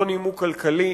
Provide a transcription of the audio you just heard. לא נימוק כלכלי,